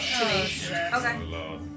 Okay